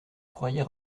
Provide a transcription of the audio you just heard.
croyait